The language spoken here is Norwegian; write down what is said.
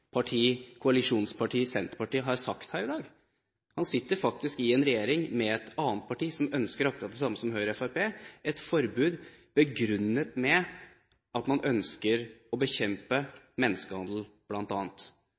parti som ønsker akkurat det samme som Høyre og Fremskrittspartiet, nemlig et forbud, begrunnet med at man bl.a. ønsker å